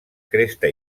cresta